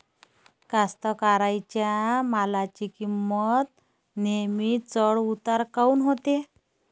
कास्तकाराइच्या मालाची किंमत नेहमी चढ उतार काऊन होते?